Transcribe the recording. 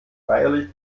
feierlich